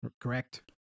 correct